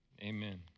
amen